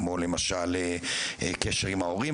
כמו למשל קשר עם ההורים,